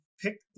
pick